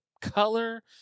color